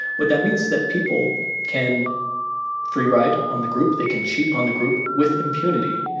what that means is that people can free ride on the group. they can cheat on the group with impunity.